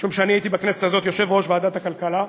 משום שאני הייתי בכנסת הזאת יושב-ראש ועדת הכלכלה,